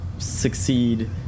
succeed